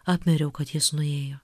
apmiriau kad jis nuėjo